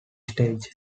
stage